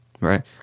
right